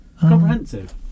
Comprehensive